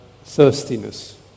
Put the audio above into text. thirstiness